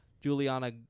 Juliana